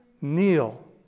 kneel